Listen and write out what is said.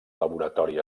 laboratori